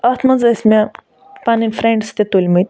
اَتھ منٛز ٲسۍ مےٚ پَنٕنۍ فرٛیٚنڈٕس تہِ تُلمٕتۍ